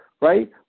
right